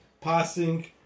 passing